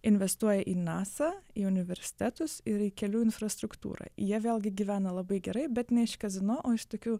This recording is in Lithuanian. investuoja į nasa į universitetus ir į kelių infrastruktūrą jie vėlgi gyvena labai gerai bet ne iš kazino o iš tokių